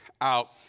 out